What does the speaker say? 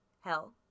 Hell